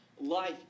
life